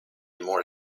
more